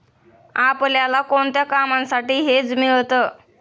आपल्याला कोणत्या कामांसाठी हेज मिळतं?